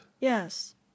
Yes